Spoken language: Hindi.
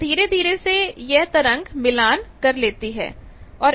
तो धीरे धीरे से यह तरंग मिलान कर लेती है